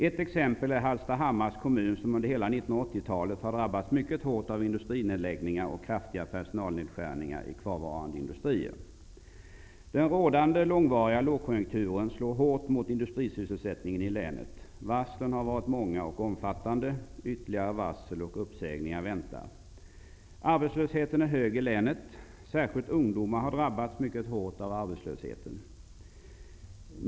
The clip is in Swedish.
Ett exempel är talet har drabbats mycket hårt av industrinedläggningar och kraftiga personalnedskärningar i kvarvarande industrier. Den rådande långvariga lågkonjunkturen slår hårt mot industrisysselsättningen i länet. Varslen har varit många och omfattande. Ytterligare varsel och uppsägningar väntar. Arbetslösheten är hög i länet. Särskilt ungdomar har drabbats mycket hårt av arbetslösheten.